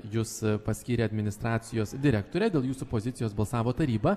jus paskyrė administracijos direktore dėl jūsų pozicijos balsavo taryba